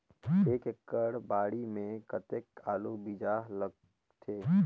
एक एकड़ बाड़ी मे कतेक आलू बीजा लगथे?